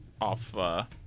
off